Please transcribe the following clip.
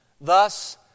thus